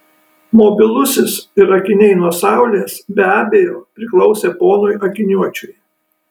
mobilusis ir akiniai nuo saulės be abejo priklausė ponui akiniuočiui